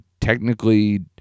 technically